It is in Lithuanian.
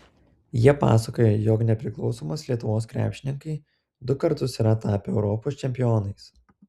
jie pasakoja jog nepriklausomos lietuvos krepšininkai du kartus yra tapę europos čempionais